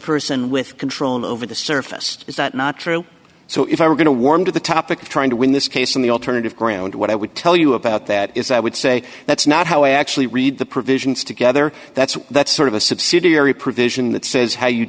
person with control over the surface is that not true so if i were going to warm to the topic of trying to win this case in the alternative ground what i would tell you about that is i would say that's not how i actually read the provisions together that's that's sort of a subsidiary provision that says how you